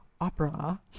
opera